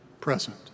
present